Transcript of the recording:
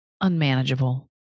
unmanageable